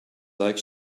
like